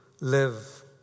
live